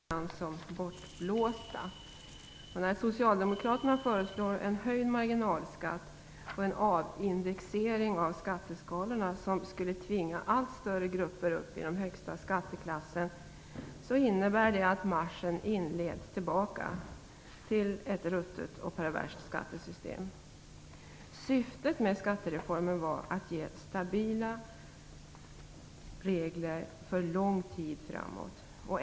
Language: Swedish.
Fru talman! Lärdomarna från 1970 och 1980 talen om hur det gamla skattesystemet fungerade tycks ibland vara bortblåsta. När socialdemokraterna föreslår en höjd marginalskatt och en avindexering av skatteskalorna, som skulle tvinga allt större grupper upp i den högsta skatteklassen, så innebär det att marschen inleds tillbaka till ett "ruttet och perverst" Syftet med skattereformen var att ge stabila regler för lång tid framåt.